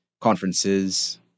conferences